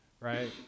right